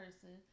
person